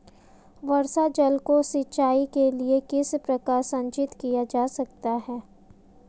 वर्षा जल को सिंचाई के लिए किस प्रकार संचित किया जा सकता है?